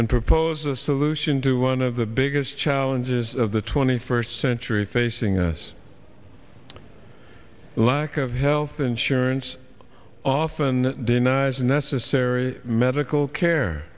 and propose a solution to one of the biggest challenges of the twenty first century facing us lack of health insurance often denies necessary medical care